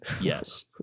yes